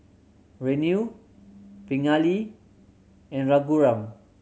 Renu Pingali and Raghuram